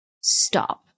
stop